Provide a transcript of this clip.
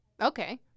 Okay